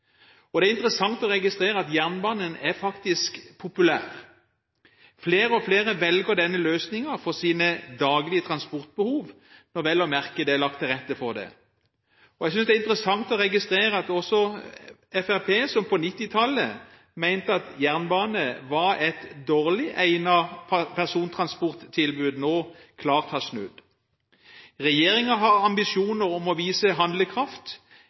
og det er interessant å registrere at jernbanen faktisk er populær. Flere og flere velger denne løsningen for sine daglige transportbehov – når det vel og merke er lagt til rette for det. Jeg synes det er interessant å registrere at også Fremskrittspartiet, som på 1990-tallet mente at jernbane var et dårlig egnet persontransporttilbud, nå klart har snudd. Regjeringen har ambisjoner om å vise handlekraft